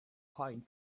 pine